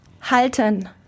Halten